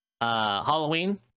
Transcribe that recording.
Halloween